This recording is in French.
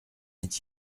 est